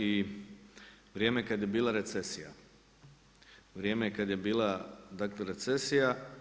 I vrijeme kad je bila recesija, vrijeme kad je bila dakle recesija.